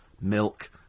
milk